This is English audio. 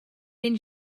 then